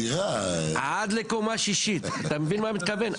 עד לקומה שישית, אתה מבין למה אני מתכוון?